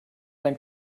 dein